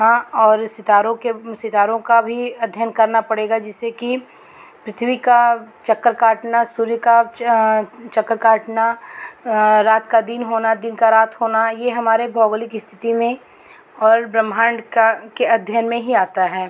हाँ और सितारों के सितारों का भी अध्ययन करना पड़ेगा जिससे कि पृथ्वी का चक्कर काटना सूर्य का चक्कर काटना रात का दिन होना दिन का रात होना यह हमारे भौगोलिक इस्थिति में और ब्रह्माण्ड का के अध्ययन में ही आता है